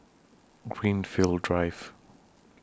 Greenfield Drive